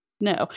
no